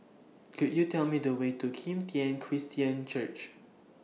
Could YOU Tell Me The Way to Kim Tian Christian Church